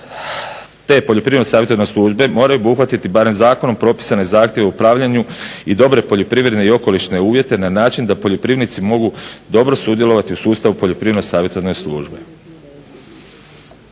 Te poljoprivredno-savjetodavne službe moraju obuhvatiti barem zakonom propisane zahtjeve o upravljanju i dobre poljoprivredne i okolišne uvjete na način da poljoprivrednici mogu dobro sudjelovati u sustavu poljoprivredno-savjetodavne službe.